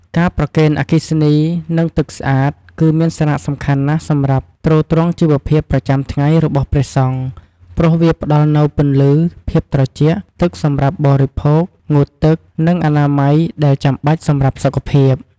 ការប្រគេនអគ្គិសនី និងទឹកស្អាត គឺមានសារៈសំខាន់ណាស់សម្រាប់ទ្រទ្រង់ជីវភាពប្រចាំថ្ងៃរបស់ព្រះសង្ឃ ព្រោះវាផ្ដល់នូវពន្លឺ ភាពត្រជាក់ ទឹកសម្រាប់បរិភោគ ងូតទឹក និងអនាម័យ ដែលចាំបាច់សម្រាប់សុខភាព។